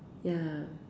ya